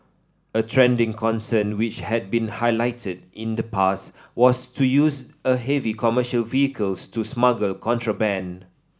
a trending concern which had been highlighted in the past was to use of heavy commercial vehicles to smuggle contraband